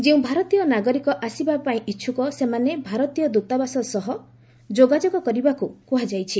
ଯେଉଁ ଭାରତୀୟ ନାଗରିକମାନେ ଆସିବା ପାଇଁ ଇଚ୍ଛୁକ ସେମାନେ ଭାରତୀୟ ଦୂତାବାସ ସହ ଯୋଗାଯୋଗ କରିବାକୁ କୁହାଯାଇଛି